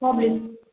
public